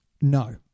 No